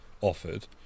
offered